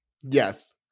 Yes